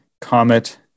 Comet